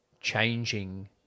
changing